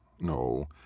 no